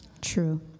True